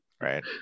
right